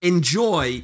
enjoy